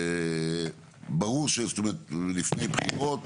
לפני בחירות